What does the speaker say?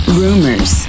rumors